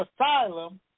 asylum